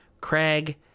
craig